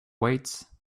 weights